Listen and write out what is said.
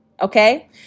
Okay